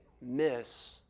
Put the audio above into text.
miss